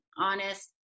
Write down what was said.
honest